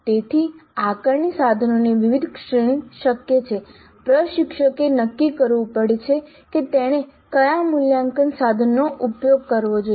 તેથી આકારણી સાધનોની વિવિધ શ્રેણી શક્ય છે પ્રશિક્ષકે નક્કી કરવું પડે છે કે તેણે કયા મૂલ્યાંકન સાધનોનો ઉપયોગ કરવો જોઈએ